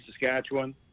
Saskatchewan